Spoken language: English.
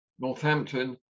Northampton